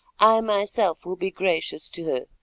i myself will be gracious to her,